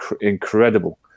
incredible